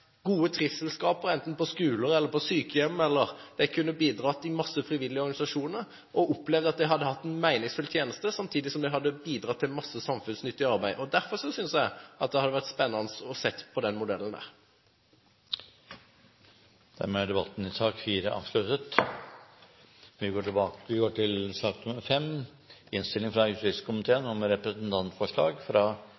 gode trivselsskapere enten på skoler eller på sykehjem, eller bidratt i masse frivillige organisasjoner, og opplevd at de hadde hatt en meningsfull tjeneste, samtidig som de hadde bidratt til masse samfunnsnyttig arbeid. Derfor synes jeg at det hadde vært spennende å se på den modellen. Flere har ikke bedt om ordet til sak nr. 4. Etter ønske fra justiskomiteen vil presidenten foreslå at taletiden begrenses til